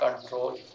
control